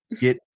get